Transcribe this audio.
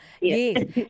Yes